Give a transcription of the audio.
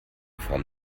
form